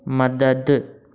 मदद